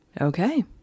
Okay